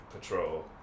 patrol